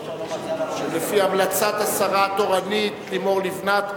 אשר לפי המלצת השרה התורנית לימור לבנת,